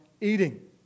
eating